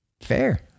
Fair